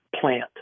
plant